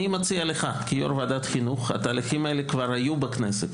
אני מציע לך כיו"ר ועדת חינוך התהליכים האלה כבר היו בכנסת,